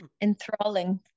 enthralling